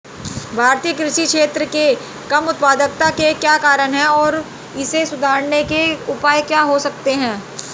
भारतीय कृषि क्षेत्र की कम उत्पादकता के क्या कारण हैं और इसे सुधारने के उपाय क्या हो सकते हैं?